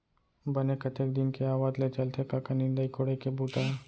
बने कतेक दिन के आवत ले चलथे कका निंदई कोड़ई के बूता ह?